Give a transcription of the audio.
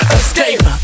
escape